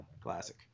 Classic